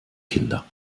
kinder